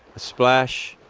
splash,